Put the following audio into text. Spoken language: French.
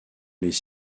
les